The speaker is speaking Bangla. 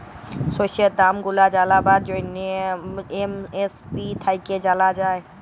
শস্যের দাম গুলা জালবার জ্যনহে এম.এস.পি থ্যাইকে জালা যায়